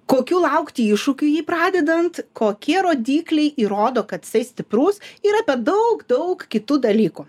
kokių laukti iššūkių jį pradedant kokie rodikliai įrodo kad jisai stiprus ir apie daug daug kitų dalykų